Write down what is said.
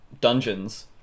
dungeons